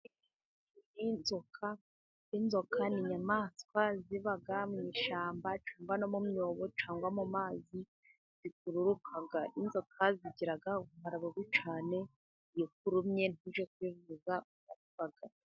Inzoka, inzoka ni inyamaswa ziba mu ishyamba cyangwa no mu myobo cyangwa mu mazi, zikururuka. Inzoka zigira ubumara bubi cyane, iyo ikurumye ntujye kwivuza urapfa.